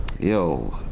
Yo